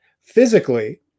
physically